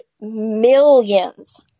millions